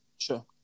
Sure